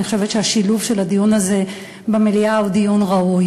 אני חושבת שהשילוב של הדיונים האלה במליאה הוא ראוי.